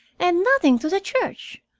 and nothing to the church.